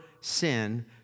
sin